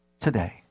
today